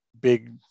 big